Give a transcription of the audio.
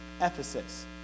Ephesus